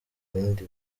bindi